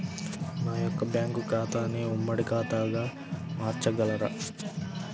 నా యొక్క బ్యాంకు ఖాతాని ఉమ్మడి ఖాతాగా మార్చగలరా?